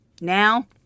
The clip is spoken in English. Now